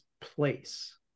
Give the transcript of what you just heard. place